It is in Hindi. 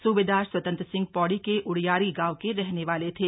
सूबेदार स्वतंत्र सिंह पौड़ी के ओड़ियारी गांव के रहने वाले थे